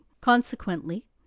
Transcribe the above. Consequently